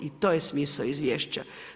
I to je smisao izvješća.